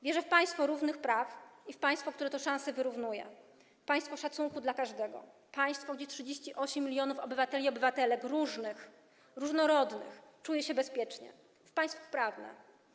Wierzę w państwo równych praw i w państwo, które te szanse wyrównuje, państwo szacunku dla każdego, państwo, gdzie 38 mln obywateli i obywatelek różnych, różnorodnych czuje się bezpiecznie, w państwo prawne.